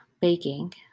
baking